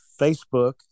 Facebook